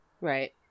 Right